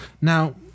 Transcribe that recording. now